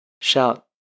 Shout